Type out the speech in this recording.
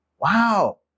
Wow